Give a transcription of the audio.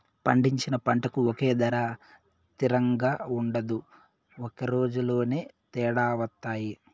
పండించిన పంటకు ఒకే ధర తిరంగా ఉండదు ఒక రోజులోనే తేడా వత్తాయి